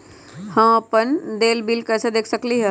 हम अपन देल बिल कैसे देख सकली ह?